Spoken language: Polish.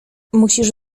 musisz